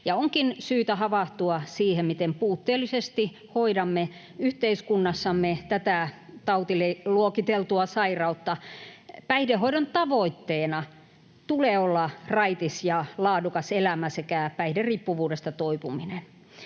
Onkin syytä havahtua siihen, miten puutteellisesti hoidamme yhteiskunnassamme tätä tautiluokiteltua sairautta. Päihdehoidon tavoitteena tulee olla raitis ja laadukas elämä sekä päihderiippuvuudesta toipuminen.